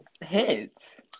hits